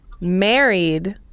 married